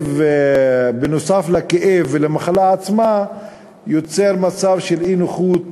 ובנוסף לכאב ולמחלה עצמה זה יוצר מצב של אי-נוחות